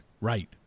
right